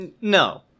No